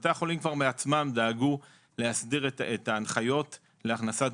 בתי החולים בעצמם כבר דאגו להסדיר את ההנחיות להכנסת